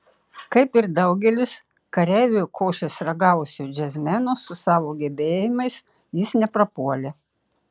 kaip ir daugelis kareivio košės ragavusių džiazmenų su savo gebėjimais jis neprapuolė